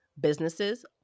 businesses